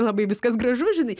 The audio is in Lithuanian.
labai viskas gražu žinai